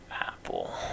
Apple